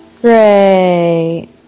Great